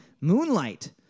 Moonlight